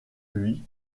lui